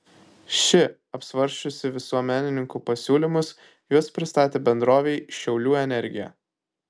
ši apsvarsčiusi visuomenininkų pasiūlymus juos pristatė bendrovei šiaulių energija